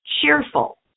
cheerful